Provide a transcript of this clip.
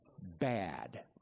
Bad